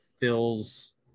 fills